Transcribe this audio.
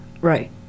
right